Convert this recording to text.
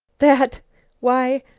that why,